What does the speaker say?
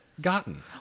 gotten